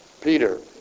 Peter